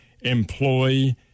employ